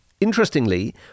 Interestingly